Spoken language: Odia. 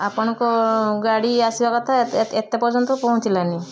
ଆପଣଙ୍କ ଗାଡ଼ି ଆସିବା କଥା ଏତେ ପର୍ଯ୍ୟନ୍ତ ପହଞ୍ଚିଲାନି